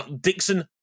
Dixon